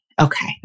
Okay